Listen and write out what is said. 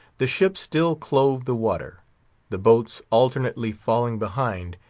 the ship still clove the water the boats alternately falling behind,